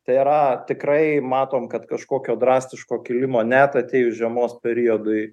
tai yra tikrai matom kad kažkokio drastiško kilimo net atėjus žiemos periodui